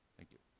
thank you.